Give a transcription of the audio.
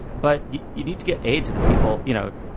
but you you need to get aid to the people, you know,